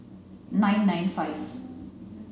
nine nine five